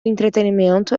entretenimento